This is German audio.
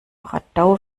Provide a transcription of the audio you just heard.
radau